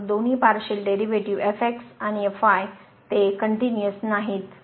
तर दोन्ही partial derivative fx आणि fy ते कनटयूनीअस नाहीत